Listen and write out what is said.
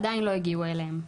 עדיין לא הגיעו אליהם.